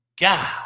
God